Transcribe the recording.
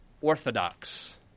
orthodox